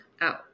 out